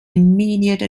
immediate